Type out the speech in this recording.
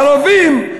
ערבים,